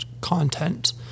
content